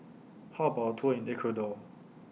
How about A Tour in Ecuador